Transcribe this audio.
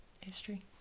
history